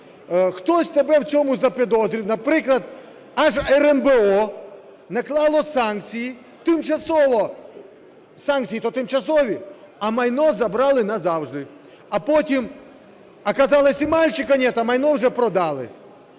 Хтось тебе в цьому запідозрив, наприклад аж РНБО наклало санкції тимчасово, санкції-то тимчасові, а майно забрали назавжди. А потім оказалось: и мальчика нет, а майно вже продали.